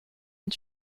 and